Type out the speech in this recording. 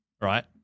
right